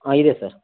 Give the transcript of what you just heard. ಹಾಂ ಇದೆ ಸರ್